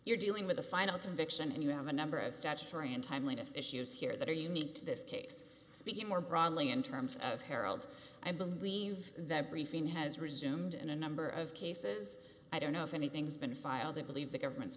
you're dealing with a final conviction and you have a number of statutory and timeliness issues here that are unique to this case speaking more broadly in terms of harold i believe that briefing has resumed in a number of cases i don't know if anything has been filed to believe the government's